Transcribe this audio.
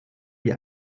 wie